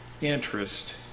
interest